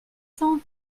cent